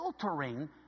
filtering